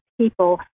people